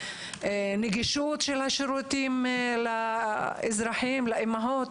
נגישות השירותים לאזרחים ולאימהות?